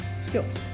skills